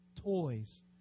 toys